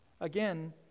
Again